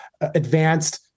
advanced